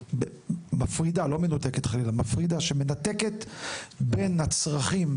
מפרידה, שמנתקת בין הצרכים